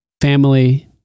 family